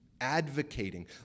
advocating